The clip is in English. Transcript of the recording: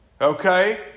okay